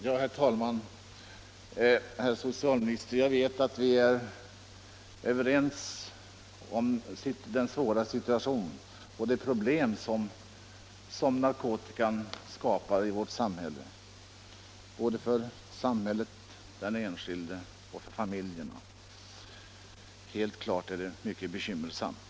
Herr talman! Jag vet att vi är överens, herr socialminister, om att narkotikan skapar en svår situation och besvärliga problem såväl för samhället som för den enskilde och för familjerna. Det är mycket bekymmersamt.